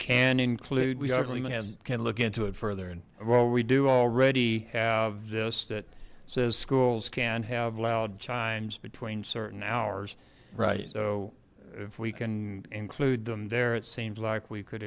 can include we can look into it further well we do already have this that says schools can have loud times between certain hours right so if we can include them there it seems like we could